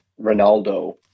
Ronaldo